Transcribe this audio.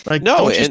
No